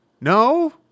No